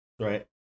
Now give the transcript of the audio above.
Right